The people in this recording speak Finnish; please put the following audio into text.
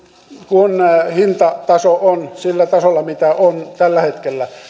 kun hintataso on sillä tasolla mikä on tällä hetkellä